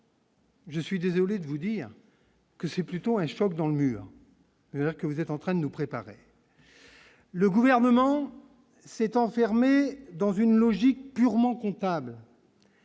Je suis désolé de vous dire. Que c'est plutôt un choc dans le mur alors que vous êtes en train de nous préparer. Le gouvernement s'est enfermé dans une logique purement comptable.